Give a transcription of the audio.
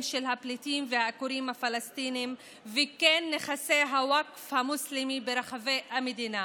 של הפליטים והעקורים הפלסטינים וכן נכסי הווקף המוסלמי ברחבי המדינה.